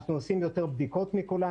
אנחנו עושים יותר בדיקות מכולם,